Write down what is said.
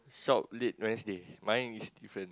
salt lake rest day mine is different